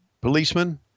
policemen